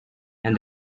and